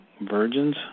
virgins